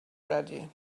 ready